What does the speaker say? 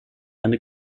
eine